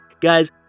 Guys